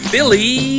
Billy